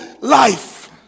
life